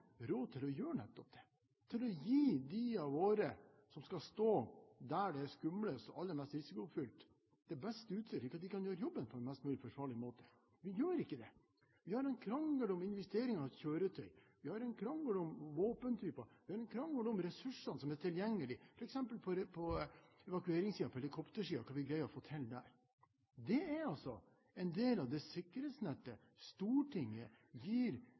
råd til å gjøre nettopp det, til å gi de av våre som skal stå der det er skumlest og aller mest risikofylt, det beste utstyret, slik at de kan gjøre jobben på en mest mulig forsvarlig måte. Vi gjør ikke det. Vi har en krangel om investeringer i kjøretøy. Vi har en krangel om våpentyper. Vi har en krangel om ressursene som er tilgjengelig, f.eks. på evakueringssiden, på helikoptersiden, og hva vi greier å få til der. Det er altså en del av det sikkerhetsnettet Stortinget gir